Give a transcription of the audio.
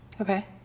Okay